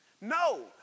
No